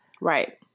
Right